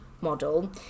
model